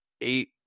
eight